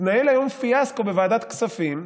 התנהל היום פיאסקו בוועדת כספים,